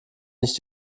nicht